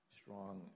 strong